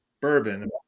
bourbon